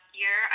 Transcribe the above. year